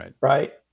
Right